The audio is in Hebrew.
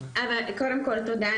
קודם כל, תודה.